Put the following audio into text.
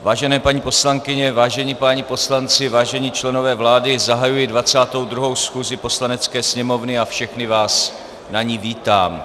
Vážené paní poslankyně, vážení páni poslanci, vážení členové vlády, zahajuji 22. schůzi Poslanecké sněmovny a všechny vás na ní vítám.